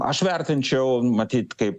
aš vertinčiau matyt kaip